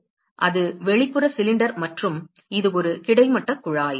எனவே அது வெளிப்புற சிலிண்டர் மற்றும் இது ஒரு கிடைமட்ட குழாய்